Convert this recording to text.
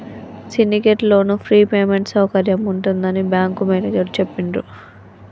syndicate loan free payment సౌకర్యం ఉంటుందని bank manager చెప్పిండ్రు